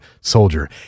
soldier